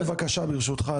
ברשותך,